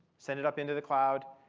send it up into the cloud,